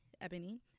Ebony